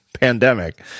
pandemic